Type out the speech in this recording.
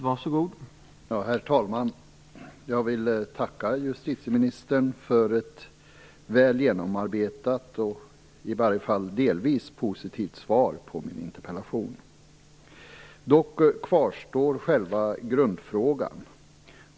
Herr talman! Jag vill tacka justitieministern för ett väl genomarbetat och i varje fall delvis positivt svar på min interpellation. Dock kvarstår själva grundfrågan.